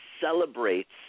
celebrates